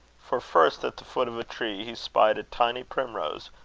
for, first, at the foot of a tree, he spied a tiny primrose,